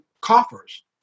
coffers